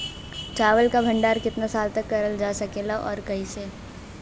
चावल क भण्डारण कितना साल तक करल जा सकेला और कइसे?